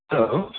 hello